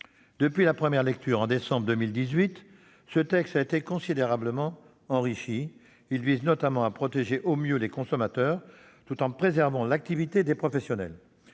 Depuis sa première lecture, au mois de décembre 2018, ce texte a été considérablement enrichi. Il vise notamment à protéger au mieux les consommateurs, tout en préservant l'activité des professionnels.